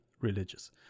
religious